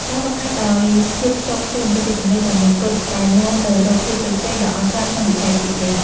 ការហ្វឹកហាត់ដោយភាពខ្ជាប់ខ្ជួនគឺជាគន្លឹះតែមួយគត់ដែលនាំទៅរកភាពជោគជ័យដ៏អស្ចារ្យក្នុងវិស័យសៀកនេះ។